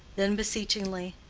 then beseechingly,